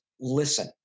listen